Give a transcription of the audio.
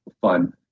fun